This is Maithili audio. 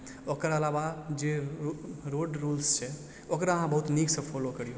ओकर अलावा जे रोड रूल्स छै ओकरा अहाँ बहुत नीकसँ फॉलो करियौ